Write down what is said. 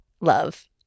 love